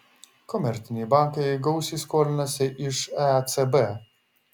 komerciniai bankai gausiai skolinasi iš ecb